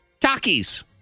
Takis